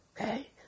Okay